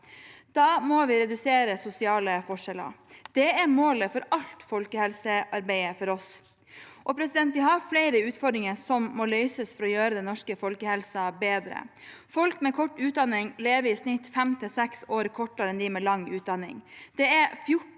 Da må vi redusere sosiale forskjeller. Det er for oss målet med alt folkehelsearbeid. Vi har flere utfordringer som må løses for å gjøre den norske folkehelsen bedre. Folk med kort utdanning lever i snitt fem til seks år kortere enn dem med lang utdanning. Det er 14